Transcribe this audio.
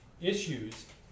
issues